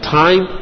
time